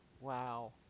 Wow